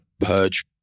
purge